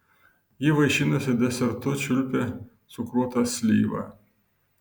ji vaišinosi desertu čiulpė cukruotą slyvą